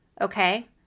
Okay